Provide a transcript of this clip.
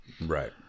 Right